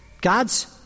God's